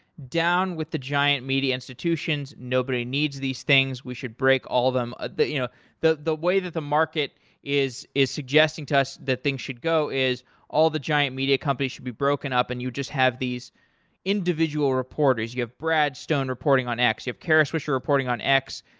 down with the giant media institutions, nobody needs these things. we should break all them. ah the you know the way that the market is is suggesting to us that thing should go is all the giant media companies should be broken up and you just have these individual reporters. you have brad stone reporting on x, you have kara swisher reporting on x.